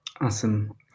Awesome